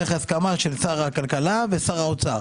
צריך הסכמה של שר הכלכלה ושר האוצר.